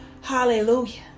Hallelujah